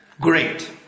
Great